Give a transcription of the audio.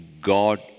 God